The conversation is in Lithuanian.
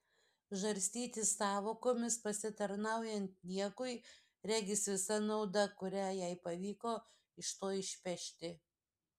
žarstytis sąvokomis pasitarnaujant niekui regis visa nauda kurią jai pavyko iš to išpešti